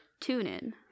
TuneIn